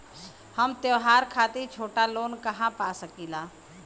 हम त्योहार खातिर छोटा लोन कहा पा सकिला?